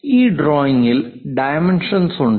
ഈ ഡ്രോയിംഗിൽ ഡൈമെൻഷൻസ് ഉണ്ട്